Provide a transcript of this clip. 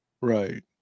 Right